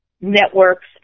networks